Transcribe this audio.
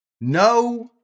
No